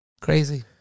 Crazy